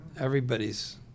everybody's